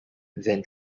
then